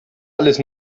alles